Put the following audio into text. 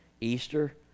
easter